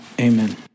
amen